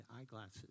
eyeglasses